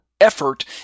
effort